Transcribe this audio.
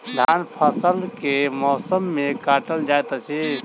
धानक फसल केँ मौसम मे काटल जाइत अछि?